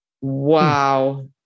wow